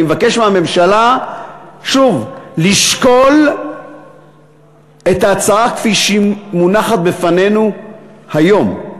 אני מבקש מהממשלה שוב לשקול את ההצעה כפי שהיא מונחת בפנינו היום.